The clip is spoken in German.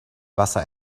wasser